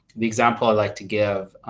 the example i like to give,